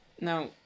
Now